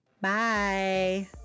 Bye